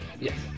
Yes